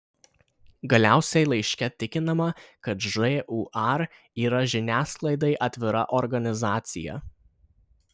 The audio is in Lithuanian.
galiausiai laiške tikinama kad žūr yra žiniasklaidai atvira organizacija